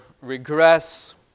regress